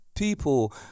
People